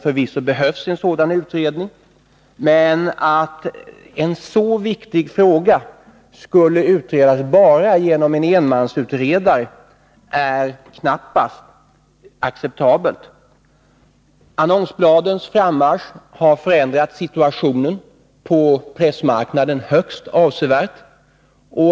Förvisso behövs det en sådan utredning, men att en så viktig fråga skulle behandlas av bara en enmansutredare är knappast acceptabelt. Annonsbladens frammarsch har förändrat situationen på pressmarknaden högst avsevärt.